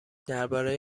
درباره